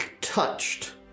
touched